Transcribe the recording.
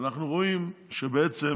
אנחנו רואים שבעצם